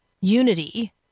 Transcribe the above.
unity